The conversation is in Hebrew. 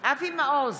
סמי אבו שחאדה,